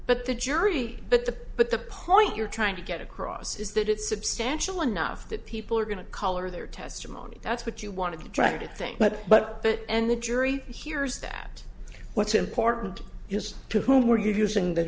but the jury but the but the part you're trying to get across is that it's substantial enough that people are going to color their testimony that's what you want to try to think but but but and the jury hears that what's important is to who were using that